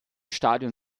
stadion